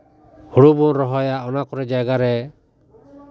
ᱦᱩᱲᱩ ᱵᱚᱱ ᱨᱚᱦᱚᱭᱟ ᱚᱱᱟ ᱠᱚᱨᱮᱫ ᱡᱟᱭᱜᱟ ᱨᱮ